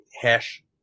hash